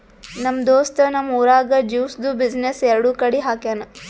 ನಮ್ ದೋಸ್ತ್ ನಮ್ ಊರಾಗ್ ಜ್ಯೂಸ್ದು ಬಿಸಿನ್ನೆಸ್ ಎರಡು ಕಡಿ ಹಾಕ್ಯಾನ್